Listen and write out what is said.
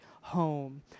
home